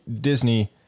Disney